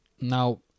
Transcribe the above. now